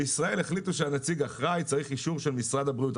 בישראל החליטו שהנציג האחראי צריך אישור של משרד הבריאות.